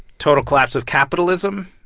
total collapse of capitalism,